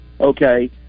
okay